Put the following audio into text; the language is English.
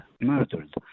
murdered